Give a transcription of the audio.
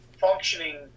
functioning